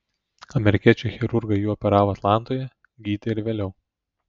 amerikiečiai chirurgai jį operavo atlantoje gydė ir vėliau